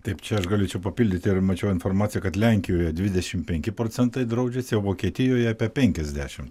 taip čia aš galėčiau papildyti ir mačiau informaciją kad lenkijoje dvidešimt penki procentai draudžiasi o vokietijoje apie penkiasdešimt